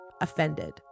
offended